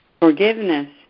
Forgiveness